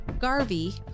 Garvey